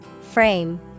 Frame